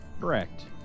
Correct